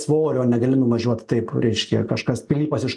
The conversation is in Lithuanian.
svorio negali nuvažiuot taip reiškia kažkas pilypas iš